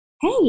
hey